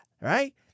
Right